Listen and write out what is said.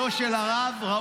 תודה רבה, חבר הכנסת לוי.